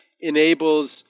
enables